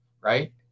right